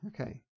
Okay